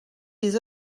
des